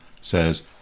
says